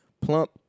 plump